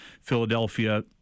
Philadelphia